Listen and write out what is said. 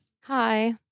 Hi